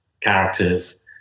characters